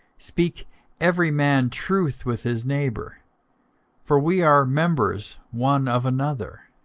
speak every man truth with his neighbour for we are members one of another.